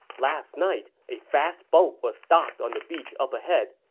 last night, a fast boat was docked on the beach up ahead.